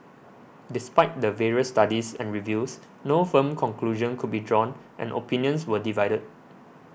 despite the various studies and reviews no firm conclusion could be drawn and opinions were divided